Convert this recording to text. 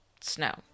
snow